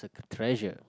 treasure